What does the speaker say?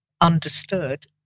understood